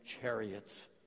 chariots